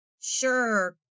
sure